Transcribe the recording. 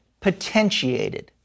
potentiated